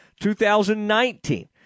2019